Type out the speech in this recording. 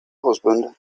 husband